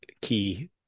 key